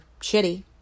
shitty